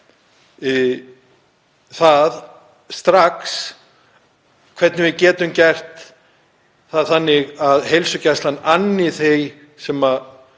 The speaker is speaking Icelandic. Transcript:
það strax hvernig við getum gert þetta þannig að heilsugæslan anni því sem við